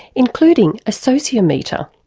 including a sociometer.